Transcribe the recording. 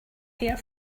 hair